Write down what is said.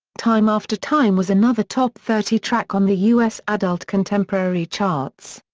time after time was another top thirty track on the us adult contemporary charts.